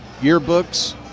yearbooks